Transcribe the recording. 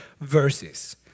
verses